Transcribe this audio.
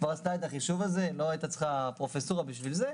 כבר עשתה את החישוב הזה ולא הייתה צריכה פרופסורה בשביל זה.